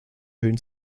höhen